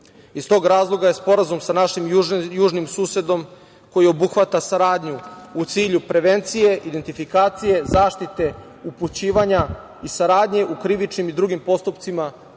Iz tog razloga je sporazum sa našim južnim susedom koji obuhvata saradnju u cilju prevencije, identifikacije, zaštite, upućivanja i saradnje u krivičnim i drugim postupcima ili